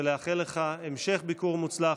ולאחל לך המשך ביקור מוצלח.